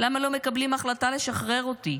למה לא מקבלים החלטה לשחרר אותי?